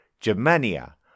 Germania